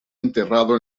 enterrado